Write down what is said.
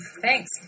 Thanks